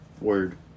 word